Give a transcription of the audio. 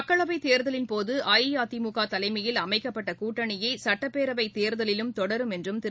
மக்களவை தேர்தலின் போது அஇஅதிமுக தலைமையில் அமக்கப்பட்ட கூட்டணியே சட்டப்பேரவை தேர்தலிலும் தொடரும் என்றும் திரு